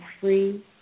free